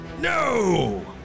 No